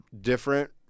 different